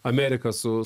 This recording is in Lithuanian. amerika su